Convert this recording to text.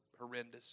horrendous